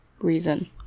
reason